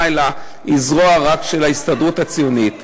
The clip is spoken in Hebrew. אלא היא רק זרוע של ההסתדרות הציונית.